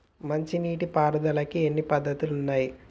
మంచి నీటి పారుదలకి ఎన్ని పద్దతులు ఉన్నాయి?